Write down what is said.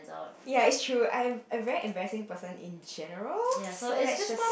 ya it's true I'm a very embarrassing person in general so let's just